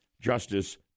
Justice